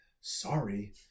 Sorry